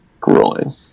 grueling